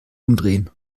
umdrehen